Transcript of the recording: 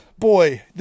Boy